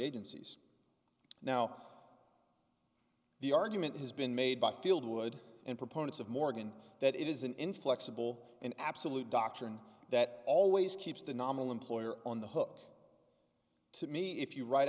agencies now the argument has been made by field wood and proponents of morgan that it is an inflexible and absolute doctrine that always keeps the nominal employer on the hook to me if you write